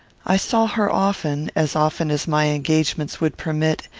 i saw her often as often as my engagements would permit,